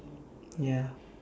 ya